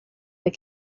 that